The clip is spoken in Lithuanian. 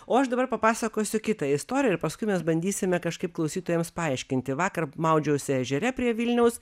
o aš dabar papasakosiu kitą istoriją ir paskui mes bandysime kažkaip klausytojams paaiškinti vakar maudžiausi ežere prie vilniaus